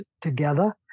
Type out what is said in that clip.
together